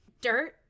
Dirt